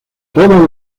todas